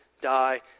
die